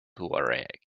tuareg